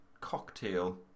cocktail